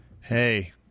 Hey